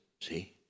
see